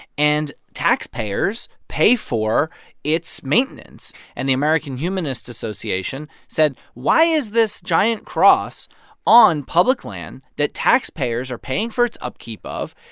and taxpayers pay for its maintenance. and the american humanist association said, why is this giant cross on public land that taxpayers are paying for its upkeep of?